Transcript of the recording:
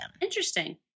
Interesting